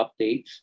updates